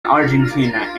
argentina